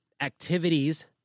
activities